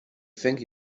think